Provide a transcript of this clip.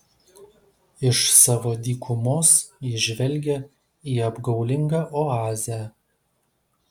iš savo dykumos ji žvelgia į apgaulingą oazę